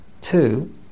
two